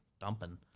dumping